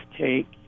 take